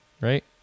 right